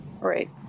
Right